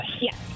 Yes